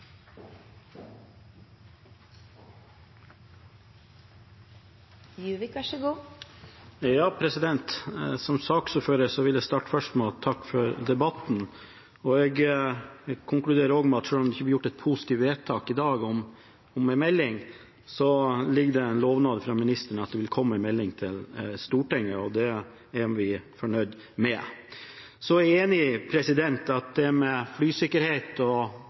ikke er så uenige, men da må vi ikke kun fokusere på enkelte biter, som vi nå har gjort. Som saksordfører vil jeg starte med å takke for debatten. Jeg konkluderer med at selv om det ikke blir fattet et positivt vedtak i dag om en melding, ligger det en lovnad fra ministeren om at det vil komme en melding til Stortinget, og det er vi fornøyd med. Så er jeg enig i at det med flysikkerhet,